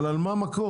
אבל על מה מקור,